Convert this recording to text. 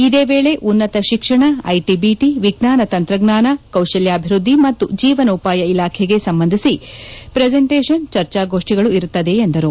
ಇದೇ ವೇಳೆ ಉನ್ನತ ಶಿಕ್ಷಣ ಐಟಿ ಬಿಟ ವಿಜ್ಞಾನ ತಂತ್ರಜ್ಞಾನ ಕೌಶಲ್ಕಾಭಿವೃದ್ಧಿ ಮತ್ತು ಜೀವನೋಪಾಯ ಇಲಾಖೆಗೆ ಸಂಬಂಧಿಸಿ ಪ್ರೆಸೆಂಟೇಶನ್ ಚರ್ಚಾಗೋಷ್ಠಿಗಳು ಇರುತ್ತದೆ ಎಂದರು